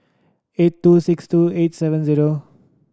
eight two six two eight seven zero